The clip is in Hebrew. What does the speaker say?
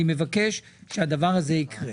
אני מבקש שהדבר הזה יקרה.